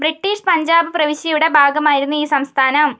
British Punjab പ്രവിശ്യയുടെ ഭാഗമായിരുന്നു ഈ സംസ്ഥാനം